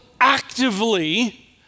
actively